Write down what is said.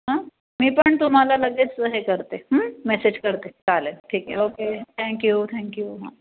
हं मी पण तुम्हाला लगेच हे करते हं मेसेज करते चालेल ठीक आहे okay thank you thank you हां